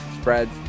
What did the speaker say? spreads